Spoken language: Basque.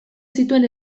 zituen